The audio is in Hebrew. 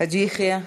חאג' יחיא,